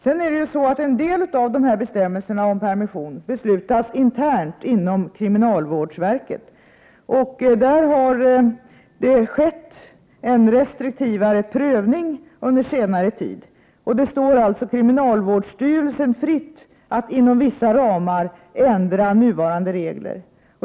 Det är så att en del av bestämmelserna om permission beslutas internt inom kriminalvårdsstyrelsen. Där har det skett en restriktivare prövning under senare tid. Det står alltså kriminalvårdsstyrelsen fritt att inom vissa ramar ändra nuvarande regler.